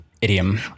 idiom